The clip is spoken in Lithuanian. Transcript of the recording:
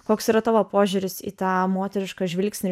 koks yra tavo požiūris į tą moterišką žvilgsnį